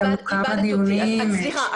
קיימנו כמה דיונים --- סליחה,